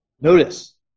Notice